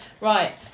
Right